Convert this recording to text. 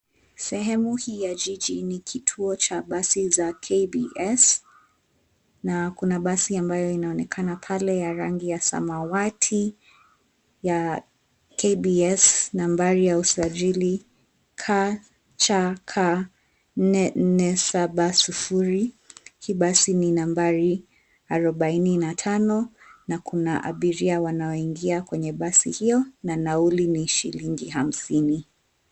Sehemu hii ya jiji ni kituo cha basi za KBS na kuna basi inayoonekana pale ya rangi ya samawati ya KBS nambari ya usajili KCK 447O. Hii basi ni nambari arobaini na tano na kuna abiria wanaoingia kwenye basi hio na nauli ni shillingi hamsini.